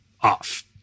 off